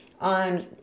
on